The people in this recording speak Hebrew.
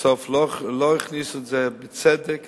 בסוף לא הכניסו את זה, בצדק.